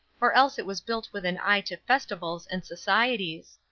or else it was built with an eye to festivals and societies.